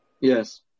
Yes